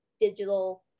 digital